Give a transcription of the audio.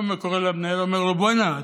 אני קורא למנהל ואומר לו: בוא הנה,